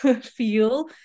feel